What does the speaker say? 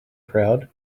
crowd